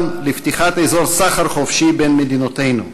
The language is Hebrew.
לפתיחת אזור סחר חופשי בין מדינותינו.